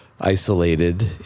isolated